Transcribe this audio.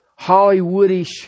Hollywoodish